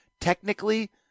Technically